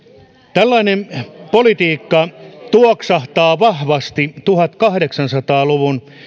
tällainen politiikka tuoksahtaa vahvasti tuhatkahdeksansataa luvun